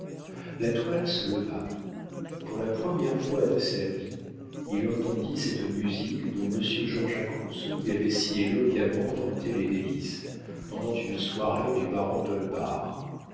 la toile se leva pour la première fois de sa vie il entendit cette musique dont monsieur jean-jacques rousseau lui avait si éloquemment vanté les délices pendant une soirée du baron d'holbach